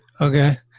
okay